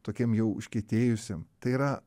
tokiem jau užkietėjusiem tai yra